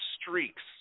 streaks